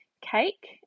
cake